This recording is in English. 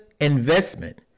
investment